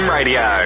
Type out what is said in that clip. Radio